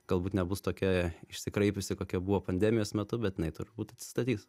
galbūt nebus tokia išsikraipiusi kokia buvo pandemijos metu bet jinai turbūt atsistatys